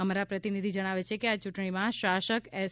અમારા પ્રતિનિધિ જજ્ઞાવે છે કે આ ચૂંટણીમાં શાસક એસ